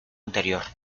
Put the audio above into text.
anterior